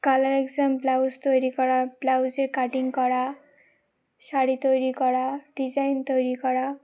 blouse তৈরি করা ব্লাউজের কাটিং করা শাড়ি তৈরি করা ডিজাইন তৈরি করা